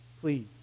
please